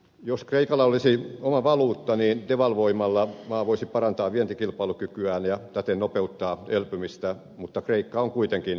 jos kreikalla olisi oma valuutta devalvoimalla maa voisi parantaa vientikilpailukykyään ja täten nopeuttaa elpymistä mutta kreikka on kuitenkin eurossa